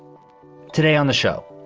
today on the show,